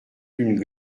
d’une